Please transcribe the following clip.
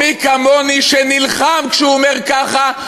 או מי שכמוני שנלחם כשהוא אומר ככה?